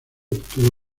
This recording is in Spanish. obtuvo